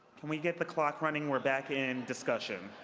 can we get the clock running? we're back in discussion.